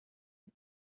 فکر